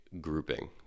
grouping